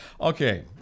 Okay